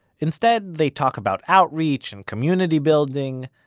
instead they talk about outreach and community building,